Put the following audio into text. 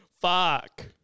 Fuck